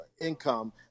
income